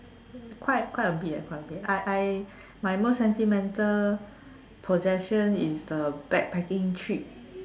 quite quite a bit leh quite a bit I I my most sentimental possession is the backpacking trip